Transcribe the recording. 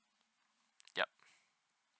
yup